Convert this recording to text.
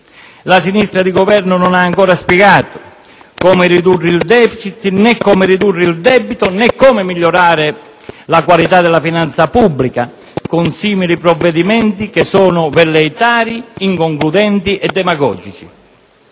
La sinistra di Governo non ha ancora spiegato come ridurre il *deficit*, né come ridurre il debito, né come migliorare la qualità della finanza pubblica con simili provvedimenti che sono velleitari, inconcludenti e demagogici.